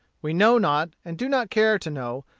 we know not, and do not care to know,